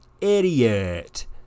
idiot